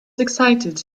excited